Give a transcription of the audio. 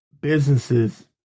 businesses